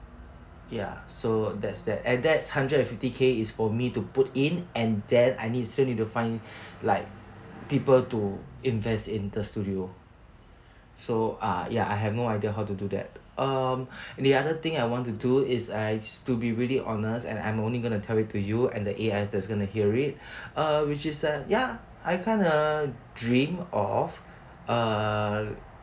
ya so that's that and that's hundred and fifty K is for me to put in and then I still need to find like people to invest in the studio so ah ya I have no idea how to do that um and the other thing I want to do is I used to be really honest and I'm only gonna tell it to you and the A_I that's gonna hear it uh which is that ya I kinda dream of uh